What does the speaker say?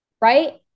right